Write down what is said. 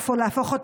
הרפואה